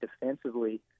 defensively